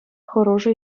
хӑрушӑ